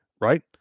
right